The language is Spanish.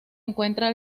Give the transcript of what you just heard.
encuentra